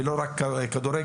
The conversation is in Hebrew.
לא רק את ענף הכדורגל.